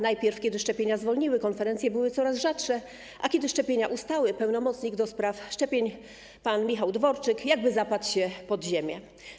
Najpierw kiedy szczepienia zwolniły, konferencje były coraz rzadsze, a kiedy szczepienia ustały, pełnomocnik do spraw szczepień pan Michał Dworczyk jakby zapadł się pod ziemię.